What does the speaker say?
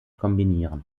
kombinieren